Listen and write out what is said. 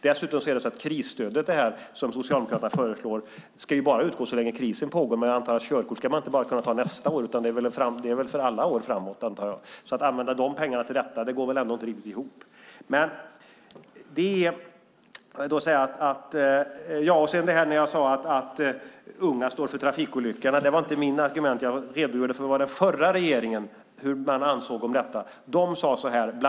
Dessutom ska det krisstöd som Socialdemokraterna föreslår bara utgå så länge krisen pågår. Men jag antar att körkort ska man inte bara kunna ta nästa år, utan det gäller för alla år framåt. Det går inte riktigt ihop att använda krispengarna till det. Jag sade att unga står för trafikolyckorna. Det var inte mitt argument, utan jag redogjorde för vad den förra regeringen ansåg om detta.